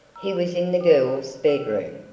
he was in the girl's bedroom.